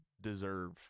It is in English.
deserve